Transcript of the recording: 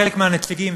חלק מהנציגים,